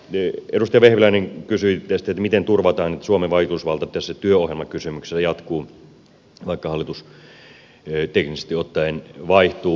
edustaja vehviläinen kysyi miten turvataan että suomen vaikutusvalta tässä työohjelmakysymyksessä jatkuu vaikka hallitus teknisesti ottaen vaihtuu